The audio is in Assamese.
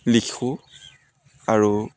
লিখোঁ আৰু